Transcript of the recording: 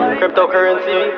cryptocurrency